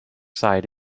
side